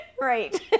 Right